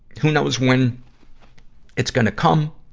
who knows when it's gonna come,